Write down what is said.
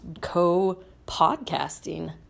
co-podcasting